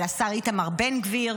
על השר איתמר בן גביר?